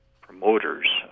promoters